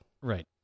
Right